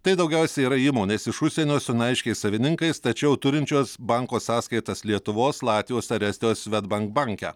tai daugiausiai yra įmonės iš užsienio su neaiškiais savininkais tačiau turinčios banko sąskaitas lietuvos latvijos ar estijos svedbank banke